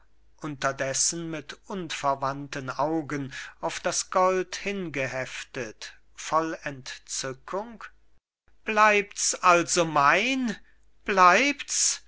unterdessen mit unverwandten augen auf das gold hingeheftet voll entzückung bleibt's also mein bleibt's